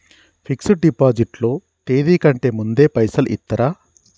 Fix డ్ deposit లో తేది కంటే ముందే పైసలు ఇత్తరా?